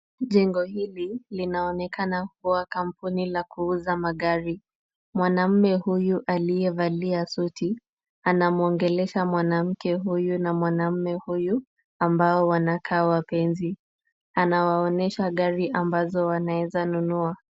Jengo hili linaonekana kuwa kampuni la kuuza magari. Mwanamume huyu aliyevalia suti, anamwongelesha mwanamke huyu na mwanamume huyu ambao wanakaa wapenzi. Anawaonyesha gari ambazo wanaeza nunua.